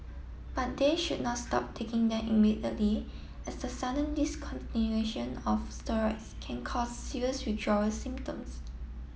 but they should not stop taking them immediately as the sudden discontinuation of steroids can cause serious withdrawal symptoms